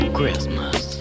Christmas